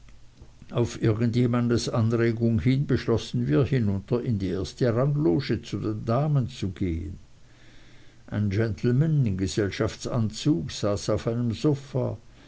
auf irgend jemandes anregung hin beschlossen wir hinunter in die erste rangloge zu den damen zu gehen ein gentleman in gesellschaftsanzug saß auf einem sofa